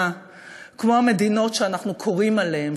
כמו המדינות שאנחנו קוראים עליהן,